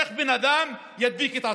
איך בן אדם ידביק את עצמו?